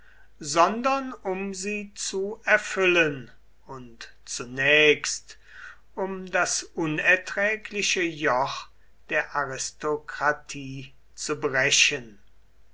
sondern um sie zu erfüllen und zunächst um das unerträgliche joch der aristokratie zu brechen